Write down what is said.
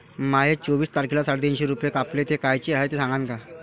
माये चोवीस तारखेले साडेतीनशे रूपे कापले, ते कायचे हाय ते सांगान का?